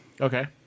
Okay